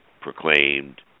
proclaimed